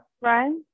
Right